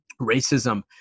racism